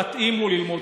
מתאים לו ללמוד,